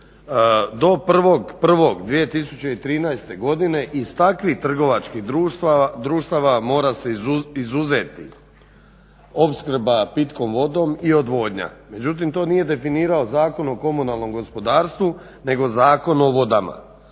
do 1.1.2013. godine iz takvih trgovačkih društava mora se izuzeti opskrba pitkom vodom i odvodnja, međutim to nije definirao Zakon o komunalnom gospodarstvu nego Zakon o vodama.